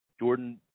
Jordan